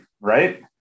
right